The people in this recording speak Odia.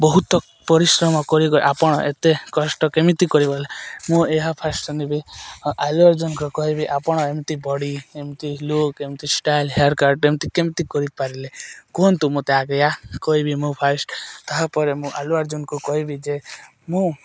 ବହୁତ ପରିଶ୍ରମ କରିକି ଆପଣ ଏତେ କଷ୍ଟ କେମିତି କରିପାରିଲ ମୁଁ ଏମିଚି ଫାଷ୍ଟ ଶନିବି ଆଲୁ ଆର୍ଜୁନଙ୍କ କହିବି ଆପଣ ଏମିତି ବଡ଼ି ଏମିତି ଲୁକ୍ ଏମିତି ଷ୍ଟାଇଲ ହେୟାରକଟ୍ ଏମିତି କେମିତି କରିପାରିଲେ କୁହନ୍ତୁ ମୁଁ ତା ଆଗେୟା କହିବି ମୁଁ ଫାଷ୍ଟ ତାହାପରେ ମୁଁ ଆଲୁ ଆର୍ଜୁନଙ୍କୁ କହିବି ଯେ ମୁଁ